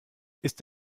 ist